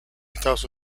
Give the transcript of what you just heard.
estados